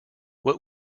what